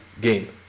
game